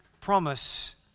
promise